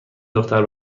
دختر